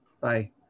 Bye